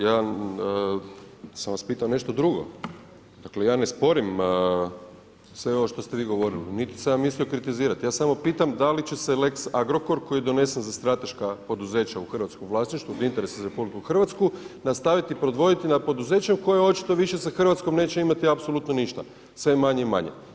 Ja sam vas pitao nešto drugo, dakle ja ne sporim sve ovo što ste vi govorili, niti sam ja mislio kritizirati, ja samo pitam da li će se lex Agrokor koji je donesen za strateška poduzeća u hrvatskom vlasništvu, od interesa za RH nastaviti … na poduzeća koja očito više sa Hrvatskom neće imati apsolutno ništa, sve manje i manje.